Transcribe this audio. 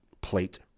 plate